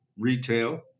retail